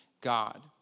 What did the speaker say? God